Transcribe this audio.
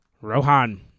Rohan